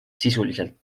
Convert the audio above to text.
sisuliselt